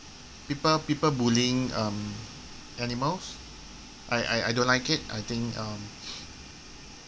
people people bullying um animals I I I don't like it I think um